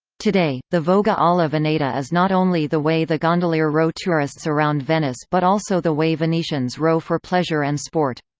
today, the voga alla veneta is not only the way the gondolier row tourists around venice but also the way venetians row for pleasure and sport.